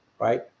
right